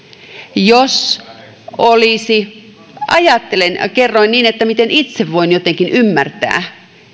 jos olisi kerroin miten itse voin jotenkin ymmärtää